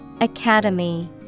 Academy